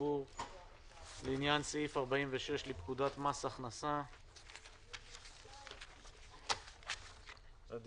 12:17.